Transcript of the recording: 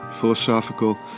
philosophical